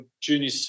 junior